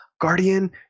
Guardian